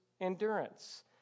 endurance